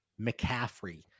McCaffrey